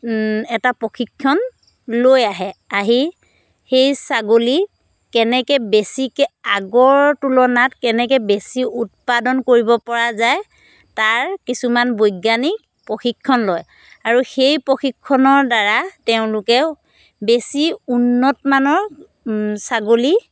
এটা প্ৰশিক্ষণ লৈ আহে আহি সেই ছাগলী কেনেকৈ বেছিকৈ আগৰ তুলনাত কেনেকৈ বেছি উৎপাদন কৰিব পৰা যায় তাৰ কিছুমান বৈজ্ঞানিক প্ৰশিক্ষণ লয় আৰু সেই প্ৰশিক্ষণৰদ্বাৰা তেওঁলোকেও বেছি উন্নতমানৰ ছাগলী